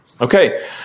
Okay